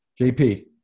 JP